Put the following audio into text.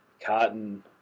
cotton